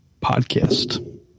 podcast